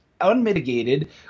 unmitigated